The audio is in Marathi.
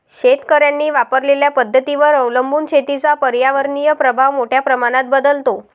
शेतकऱ्यांनी वापरलेल्या पद्धतींवर अवलंबून शेतीचा पर्यावरणीय प्रभाव मोठ्या प्रमाणात बदलतो